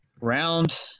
Round